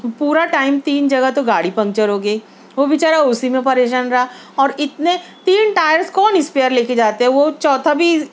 پورا ٹائم تین جگہ تو گاڑی پنکچر ہوگئی وہ بےچارہ اسی میں پریشان رہا اور اتنے تین ٹایرس کون اسپیر لے کے جاتے وہ چوتھا بھی